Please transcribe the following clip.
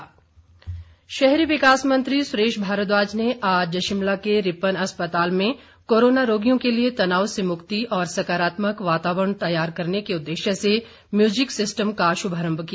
सुरेश भारद्वाज शहरी विकास मंत्री सुरेश भारद्दाज ने आज शिमला के रिपन अस्पताल में कोरोना रोगियों के लिए तनाव से मुक्ति और सकारात्मक वातावरण तैयार करने के उदेश्य से म्युजिक सिस्टम का शुभारम्भ किया